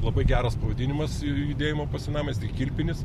labai geras pavadinimas judėjimo po senamiestį kilpinis